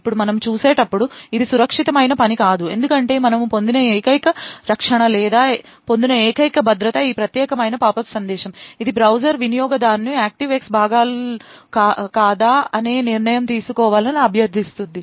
ఇప్పుడు మనము చూసేటప్పుడు ఇది సురక్షితమైన పని కాదు ఎందుకంటే మనము పొందిన ఏకైక రక్షణ లేదా పొందిన ఏకైక భద్రత ఈ ప్రత్యేకమైన పాపప్ సందేశం ఇది బ్రౌజర్ వినియోగదారుని Active X భాగాలు కాదా అనే నిర్ణయం తీసుకోవాలని అభ్యర్థిస్తుంది